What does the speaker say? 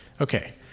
okay